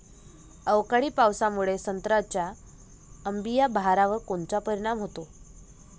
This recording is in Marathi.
अवकाळी पावसामुळे संत्र्याच्या अंबीया बहारावर कोनचा परिणाम होतो?